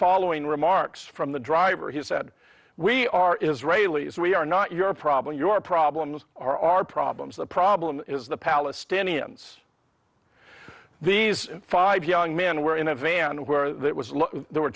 following remarks from the driver he said we are israelis we are not your problem your problems are our problems the problem is the palestinians these five young men were in a van where that was there were